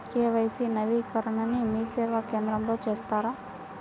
KYC నవీకరణని మీసేవా కేంద్రం లో చేస్తారా?